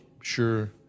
sure